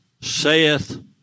saith